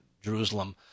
Jerusalem